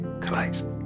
Christ